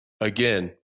again